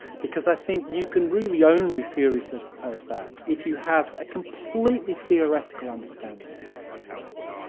because i think you can really only seriously propose that if you have a completely theoretical understanding of science.